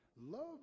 Love